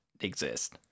exist